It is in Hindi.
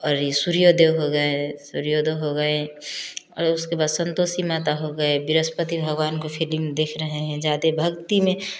अरे सूर्य देव हो गए हैं सूर्योदय हो गए और उसके बाद संतोषी माता हो गई बृहस्पति भगवान को फिलिम देख रहे हैं ज्यादा भक्ति में